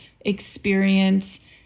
experience